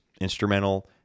instrumental